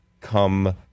come